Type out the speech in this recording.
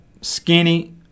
skinny